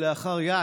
כלאחר יד.